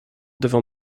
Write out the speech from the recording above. devant